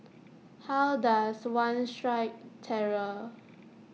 how does one strike terror